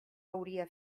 hauria